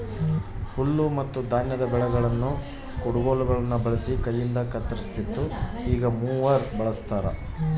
ಹುಲ್ಲುಮತ್ತುಧಾನ್ಯದ ಬೆಳೆಗಳನ್ನು ಕುಡಗೋಲುಗುಳ್ನ ಬಳಸಿ ಕೈಯಿಂದಕತ್ತರಿಸ್ತಿತ್ತು ಈಗ ಮೂವರ್ ಬಳಸ್ತಾರ